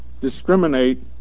discriminate